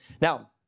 Now